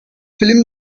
film